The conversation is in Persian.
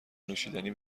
نوشیدنی